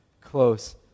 close